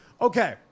Okay